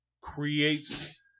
creates